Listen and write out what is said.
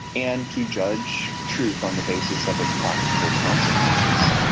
and to judge truth on the basis of its practical consequences,